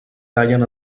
tallen